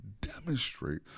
demonstrate